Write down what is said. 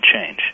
change